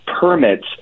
permits